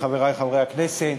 חברי חברי הכנסת,